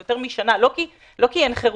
לא כי אין חירום.